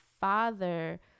father